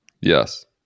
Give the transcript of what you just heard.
yes